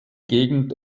gegend